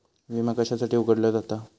विमा कशासाठी उघडलो जाता?